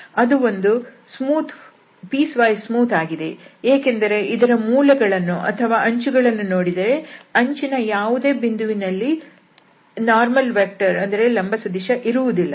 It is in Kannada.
ಅದು ಪೀಸ್ ವೈಸ್ ಸ್ಮೂತ್ ಆಗಿದೆ ಏಕೆಂದರೆ ಇದರ ಮೂಲೆಗಳನ್ನು ಅಥವಾ ಅಂಚುಗಳನ್ನು ನೋಡಿದರೆ ಅಂಚಿನ ಯಾವುದೇ ಬಿಂದುವಿನಲ್ಲಿ ಲಂಬ ಸದಿಶ ಇರುವುದಿಲ್ಲ